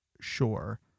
sure